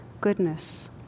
goodness